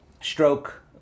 stroke